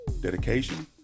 dedication